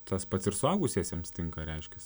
tas pats ir suaugusiesiems tinka reiškias